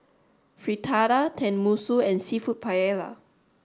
Fritada Tenmusu and Seafood Paella